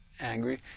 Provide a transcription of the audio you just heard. angry